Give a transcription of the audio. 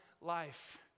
life